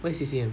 what is C_C_M